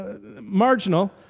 Marginal